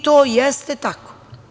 To i jeste tako.